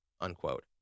unquote